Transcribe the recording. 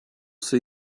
see